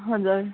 हजुर